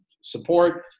support